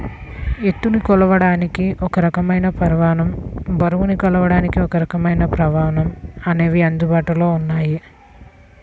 ఎత్తుని కొలవడానికి ఒక రకమైన ప్రమాణం, బరువుని కొలవడానికి ఒకరకమైన ప్రమాణం అనేవి అందుబాటులో ఉన్నాయి